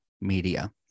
media